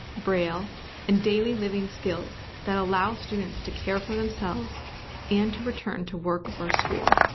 braille and daily living skills that allow students to care for themselves and to return to work or school.